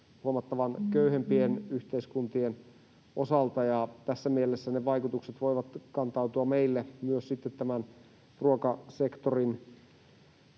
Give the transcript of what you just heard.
huomattavasti köyhempien yhteiskuntien osalta, ja tässä mielessä ne vaikutukset voivat kantautua meille myös sitten